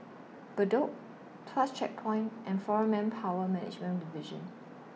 Bedok Tuas Checkpoint and Foreign Manpower Management Division